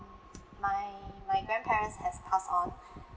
my my grandparents has passed on